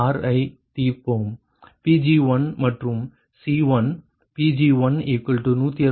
Pg1 மற்றும் C1Pg1161